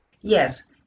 Yes